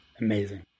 Amazing